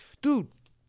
dude